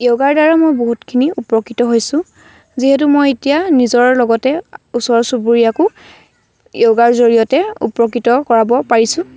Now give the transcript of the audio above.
যোগাৰ দ্বাৰা মই বহুতখিনি উপকৃত হৈছোঁ যিহেতু মই এতিয়া নিজৰ লগতে ওচৰ চুবুৰীয়াকো য়ৌগাৰ জৰিয়তে উপকৃত কৰাব পাৰিছোঁ